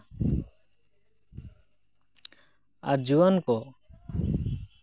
ᱟᱨ ᱡᱩᱣᱟᱹᱱ ᱠᱚ